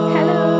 Hello